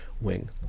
wing